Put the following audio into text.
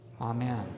Amen